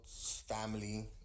family